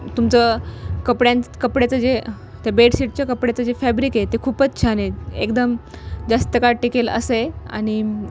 तुमचं कपड्यां कपड्याचं जे त्या बेडशीटच्या कपड्याचं जे फॅब्रिक आहे ते खूपच छान आहे एकदम जास्त काळ टिकेल असं आहे आणि